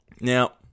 now